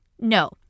No